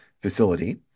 facility